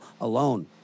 alone